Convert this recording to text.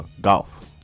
golf